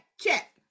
check